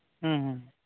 ᱦᱩᱸ ᱦᱩᱸ ᱦᱩᱸ